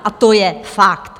A to je fakt.